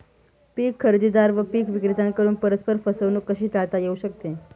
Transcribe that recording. पीक खरेदीदार व पीक विक्रेत्यांकडून परस्पर फसवणूक कशी टाळता येऊ शकते?